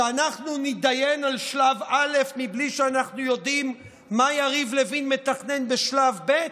שאנחנו נתדיין על שלב א' בלי שאנחנו יודעים מה יריב לוין מתכנן בשלב ב'?